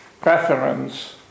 preference